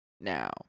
now